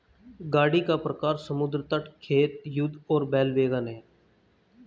गाड़ी का प्रकार समुद्र तट, खेत, युद्ध और बैल वैगन है